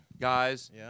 Guys